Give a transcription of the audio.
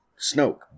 Snoke